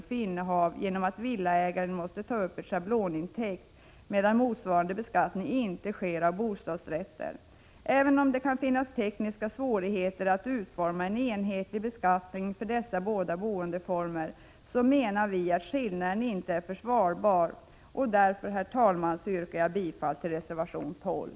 Villaägarna måste nämligen ta upp en schablonintäkt, medan motsvarande beskattning inte sker för bostadsrättsinnehavaren. Även om det kan finnas tekniska svårigheter med att utforma en enhetlig beskattning för dessa båda boendeformer, menar vi att skillnaden inte är försvarbar. Herr talman! Jag yrkar därför bifall till reservation 12.